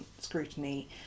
scrutiny